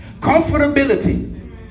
Comfortability